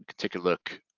take a look